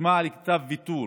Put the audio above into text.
חתימה על כתב ויתור